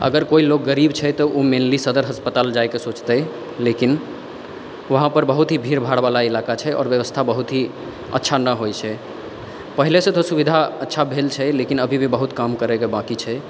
अगर कोइ लोक गरीब छै तऽ ओ मैनली सदर अस्पताल जाइके सोचतै लेकिन वहाँपर बहुत ही भीड़ भाड़वला इलाका छै आओर व्यवस्था बहुत ही अच्छा नहि होइ छै पहिलेसँ तऽ सुविधा अच्छा भेल छै लेकिन अभी भी बहुत काम करैके बाकी छै